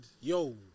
yo